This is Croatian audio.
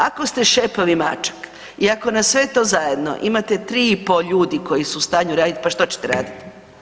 Ako ste šepavi mačak i ako na sve to zajedno imate 3,5 ljudi koji su u stanju raditi, pa što ćete raditi?